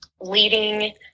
leading